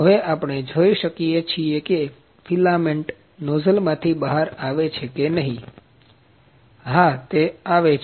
હવે આપણે જોઈ શકીયએ છીએ કે ફિલામેન્ટ નોઝલ માથી બહાર આવે છે કે નહીં હા તે આવે છે